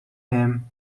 him